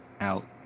out